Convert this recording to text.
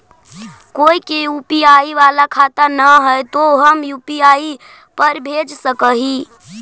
कोय के यु.पी.आई बाला खाता न है तो हम यु.पी.आई पर भेज सक ही?